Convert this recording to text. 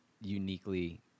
uniquely